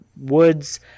woods